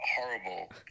horrible